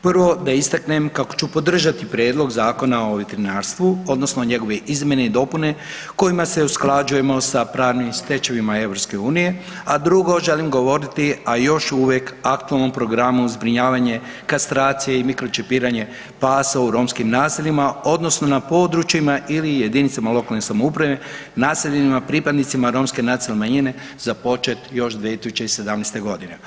Prvo da istaknem kako ću podržati prijedlog zakona o veterinarstvu odnosno njegove izmjene i dopune kojima se usklađujemo sa pravnim stečevinama EU-a a drugo, želim govoriti i još uvijek o aktualnom programu, zbrinjavanje, kastracije i mikročipiranje pasa u romskim naseljima odnosno na područjima jedinica lokalne samouprave naseljenima pripadnicima romske nacionalne manjine započet još 2017. godine.